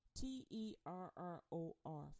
T-E-R-R-O-R